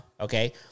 Okay